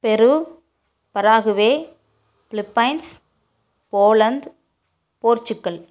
Peru paraguay Philippines Poland Portugal